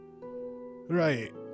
Right